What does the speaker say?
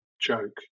joke